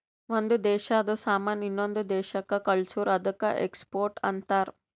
ಒಂದ್ ದೇಶಾದು ಸಾಮಾನ್ ಇನ್ನೊಂದು ದೇಶಾಕ್ಕ ಕಳ್ಸುರ್ ಅದ್ದುಕ ಎಕ್ಸ್ಪೋರ್ಟ್ ಅಂತಾರ್